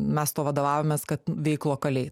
mes tuo vadovaujamės kad veik lokaliai